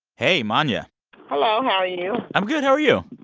hey, monya hello. how are you? i'm good. how are you?